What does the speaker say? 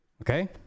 okay